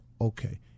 okay